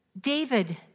David